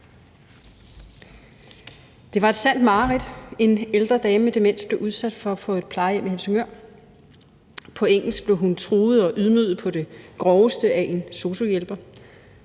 Det var et sandt mareridt, en ældre dame med demens blev udsat for på et plejehjem i Helsingør. På engelsk blev hun truet og ydmyget på det groveste af en sosu-hjælper.